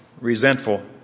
resentful